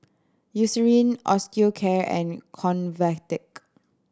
Eucerin Osteocare and Convatec